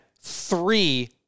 three